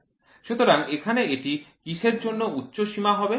সুতরাং এখানে এটি কিসের জন্য উচ্চ সীমা হবে